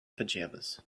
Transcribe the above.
pajamas